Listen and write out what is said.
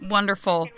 Wonderful